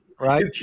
right